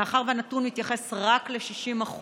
מאחר שהנתון מתייחס רק ל-60%,